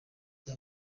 rya